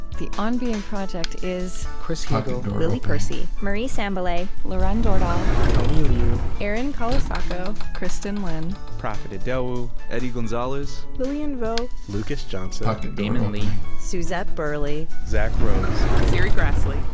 the on being project is chris heagle, lily percy, marie sambilay, lauren dordal, tony liu, erin colasacco, kristin lin, profit idowu, eddie gonzalez, lilian vo, lucas johnson, damon lee, suzette burley, zack rose, serri graslie,